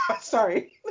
sorry